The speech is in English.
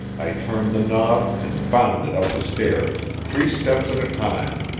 i turned the knob and bounded up the stairs, three steps at a time.